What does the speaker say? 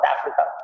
Africa